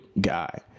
guy